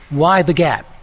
why the gap?